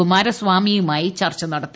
കുമാരസ്വാമിയുമായി ചർച്ച നടത്തി